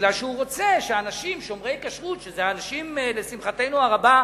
כי הוא רוצה שאנשים שומרי כשרות, שלשמחתנו הרבה,